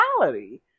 reality